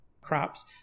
crops